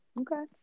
Okay